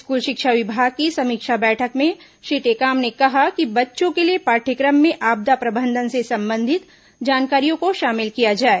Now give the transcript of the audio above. school शिक्षा विभाग की समीक्षा बैठक में श्री टेकाम ने कहा कि बच्चों के लिए पाठयक्रम में आपदा प्रबंधन से संबंधित जानकारियों को शामिल किया जाए